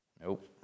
Nope